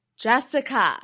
Jessica